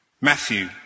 Matthew